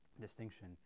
distinction